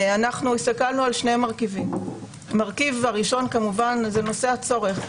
אנחנו הסתכלנו על שני מרכיבים: המרכיב הראשון כמובן זה נושא הצורך,